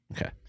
Okay